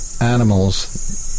animals